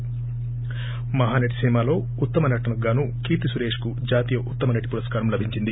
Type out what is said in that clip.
ి మహానటి సినిమాలో ఉత్తమ నటనకు గాను కీర్తి సురేష్ కు జాతీయ ఉత్తమ నటి పురస్కారం లభించింది